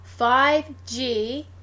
5G